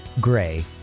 Gray